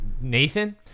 nathan